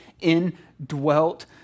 indwelt